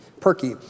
perky